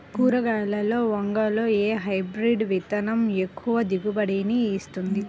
కూరగాయలలో వంగలో ఏ హైబ్రిడ్ విత్తనం ఎక్కువ దిగుబడిని ఇస్తుంది?